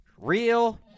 real